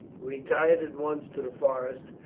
retired at once to the forest,